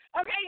Okay